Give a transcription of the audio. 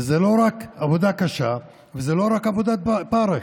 וזה לא רק עבודה קשה, וזה לא רק עבודת פרך,